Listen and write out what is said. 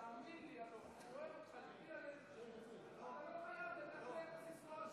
אתה באמת לא חייב.